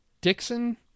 Dixon